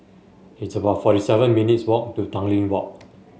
it's about forty seven minutes' walk to Tanglin Walk